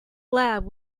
lab